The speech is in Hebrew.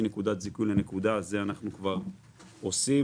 נקודת זיכוי לנקודה אנחנו כבר עושים,